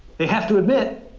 they have to admit,